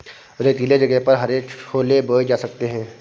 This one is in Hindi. रेतीले जगह पर हरे छोले बोए जा सकते हैं